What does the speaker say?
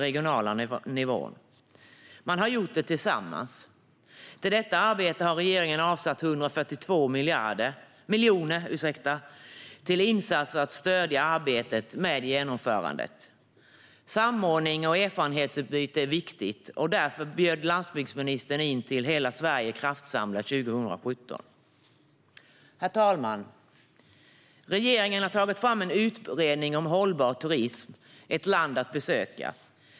Regeringen har avsatt 142 miljoner till insatser för att stödja arbetet med genomförandet. Samordning och erfarenhetsutbyte är viktigt, och därför bjöd landsbygdsministern 2017 in till Hela Sverige kraftsamlar. Herr talman! Regeringen har tagit fram en utredning om hållbar turism, Ett land att besöka .